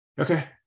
Okay